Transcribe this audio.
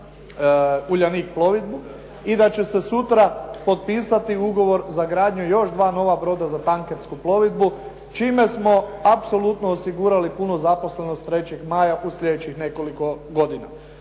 "Uljanik plovidbu" i da će se sutra potpisati ugovor za gradnju još dva nova broda za tankersku plovidbu, čime smo apsolutno osigurali punu zaposlenost "3. maja" u sljedećih nekoliko godina.